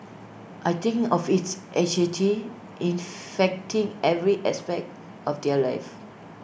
I think of it's anxiety infecting every aspect of their lives